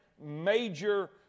major